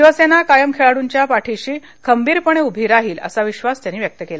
शिवसेना कायम खेळाडूंच्या पाठीशी खंबीरपणे उभी राहील असा विश्वास त्यांनी व्यक्त केला